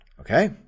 okay